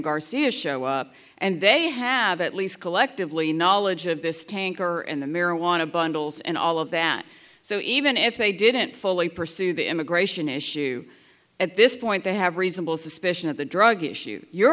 garcia show up and they have at least collectively knowledge of this tanker and the marijuana bundles and all of that so even if they didn't fully pursue the immigration issue at this point they have reasonable suspicion of the drug issue your